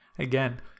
Again